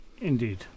Indeed